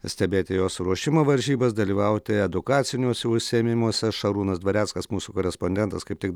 stebėti jos ruošimo varžybas dalyvauti edukaciniuose užsiėmimuose šarūnas dvareckas mūsų korespondentas kaip tik